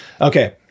Okay